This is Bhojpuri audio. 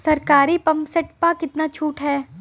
सरकारी पंप सेट प कितना छूट हैं?